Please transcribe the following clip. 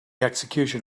execution